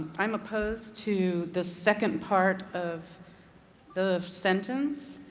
i'm opposed to the second part of the sentence.